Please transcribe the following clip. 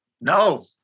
no